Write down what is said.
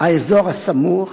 האזור הסמוך,